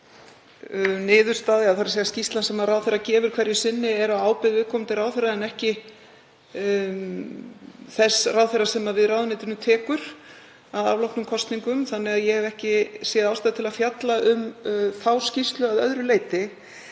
svaraði með því móti að skýrsla sem ráðherra gefur hverju sinni er á ábyrgð viðkomandi ráðherra en ekki þess ráðherra sem við ráðuneytinu tekur að afloknum kosningum, þannig að ég hef ekki séð ástæðu til að fjalla um þá skýrslu að öðru leyti.